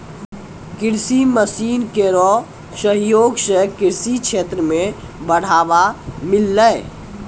कृषि मसीन केरो सहयोग सें कृषि क्षेत्र मे बढ़ावा मिललै